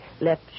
left